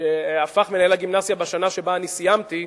שהפך מנהל הגימנסיה בשנה שבה אני סיימתי,